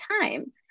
time